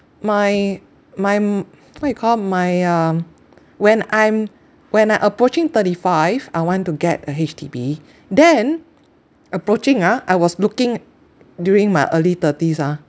my my mm what you call my um when I'm when I approaching thirty five I want to get a H_D_B then approaching ah I was looking during my early thirties ah